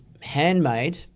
handmade